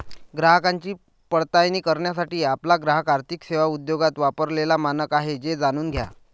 ग्राहकांची पडताळणी करण्यासाठी आपला ग्राहक आर्थिक सेवा उद्योगात वापरलेला मानक आहे हे जाणून घ्या